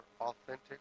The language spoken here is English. authentic